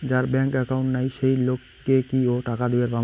যার bank account নাই সেই লোক কে ও কি টাকা দিবার পামু?